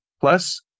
plus